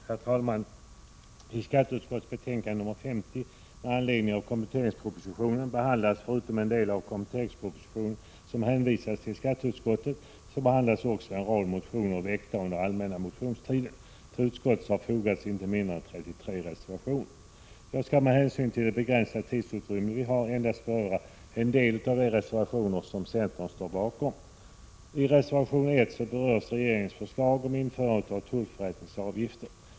Herr talman! I skatteutskottets betänkande nr 50 med anledning av kompletteringspropositionen behandlas, förutom den del av kompletteringspropositionen som hänvisats till skatteutskottet, en rad motioner väckta under allmänna motionstiden. Till utskottets betänkande har fogats inte mindre än 33 reservationer. Jag skall med hänsyn till det begränsade tidsutrymme vi har endast beröra en del av de reservationer som centern står bakom. I reservation 1 berörs regeringens förslag om införande av tullförrättningsavgifter.